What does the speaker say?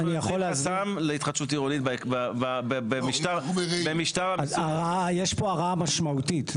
אנחנו יוצרים חסם להתחדשות עירונית במשטר --- יש פה הרעה משמעותית.